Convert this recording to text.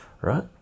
right